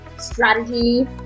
strategy